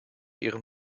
ihren